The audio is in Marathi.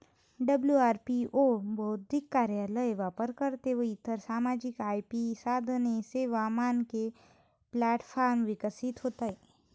डब्लू.आय.पी.ओ बौद्धिक कार्यालय, वापरकर्ते व इतर सामायिक आय.पी साधने, सेवा, मानके प्लॅटफॉर्म विकसित होते